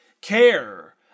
care